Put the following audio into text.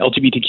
LGBTQ